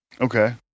okay